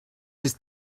ist